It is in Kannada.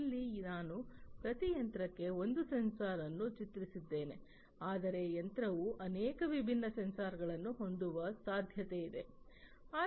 ಇಲ್ಲಿ ನಾನು ಪ್ರತಿ ಯಂತ್ರಕ್ಕೆ ಒಂದೇ ಸೆನ್ಸಾರ್ವನ್ನು ಚಿತ್ರಿಸಿದ್ದೇನೆ ಆದರೆ ಯಂತ್ರವು ಅನೇಕ ವಿಭಿನ್ನ ಸೆನ್ಸಾರ್ಗಳನ್ನು ಹೊಂದುವ ಸಾಧ್ಯತೆಯಿದೆ